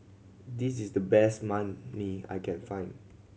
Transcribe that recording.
this is the best Banh Mi I can find